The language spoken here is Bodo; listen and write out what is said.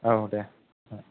औ दे